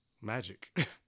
Magic